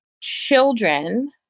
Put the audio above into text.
children